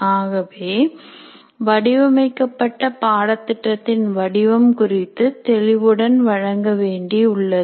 ஆகவே வடிவமைக்கப்பட்ட பாடத்திட்டத்தின் வடிவம் குறித்து தெளிவுடன் வழங்க வேண்டி உள்ளது